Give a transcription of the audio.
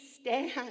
stand